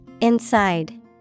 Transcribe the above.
Inside